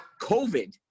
COVID